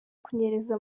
kunyereza